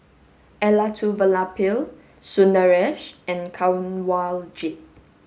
Elattuvalapil Sundaresh and Kanwaljit